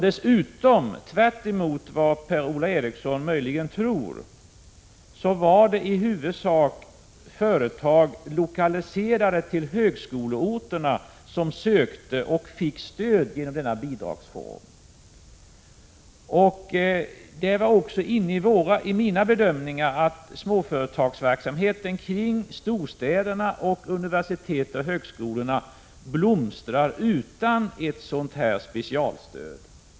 Dessutom var det i huvudsak företag lokaliserade till högskoleorter som sökte och fick stöd genom denna bidragsform, tvärtemot vad Per-Ola Eriksson möjligen tror. Det ingick också i mina bedömningar, att småföretagsverksamheten kring storstäderna samt universiteten och högskolorna blomstrar utan ett sådant här specialstöd.